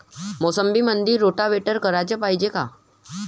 मोसंबीमंदी रोटावेटर कराच पायजे का?